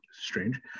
strange